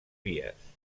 vies